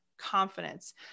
confidence